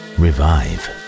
revive